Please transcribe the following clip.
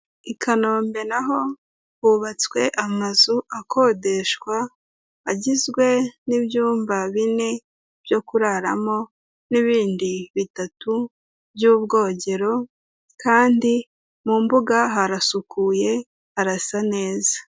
I Kanombe na ho hubatswe amazu akodeshwa, agizwe n'ibyumba bine byo kuraramo n'ibindi bitatu by'ubwogero, kandi mu mbuga harasukuye, harasa neza.